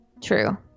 True